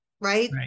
right